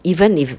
even if